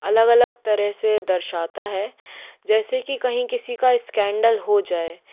अलग अलग तरह से दर्शाता है जैसे कि कही किसी का स्कैंडल हो जाए